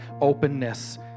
openness